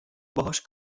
باهاش